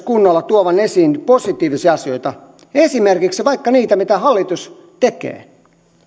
kunnolla esiin myös positiivisia asioita esimerkiksi niitä mitä hallitus tekee